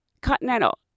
Continental